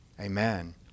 amen